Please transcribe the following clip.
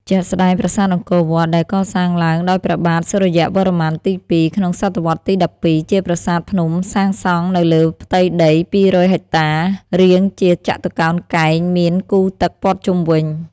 ជាក់ស្តែងប្រាសាទអង្គរវត្ត ដែលកសាងឡើងដោយព្រះបាទ សូរ្យវរ្ម័នទី ២ ក្នុងសតវត្សទី១២ ជាប្រាសាទភ្នំសាងសង់នៅលើផ្ទៃដី២០០ហិចតា រាងជាចតុកោណកែង មានគូទឹកព័ទ្ធជុំវិញ។